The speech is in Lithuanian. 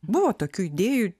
buvo tokių idėjų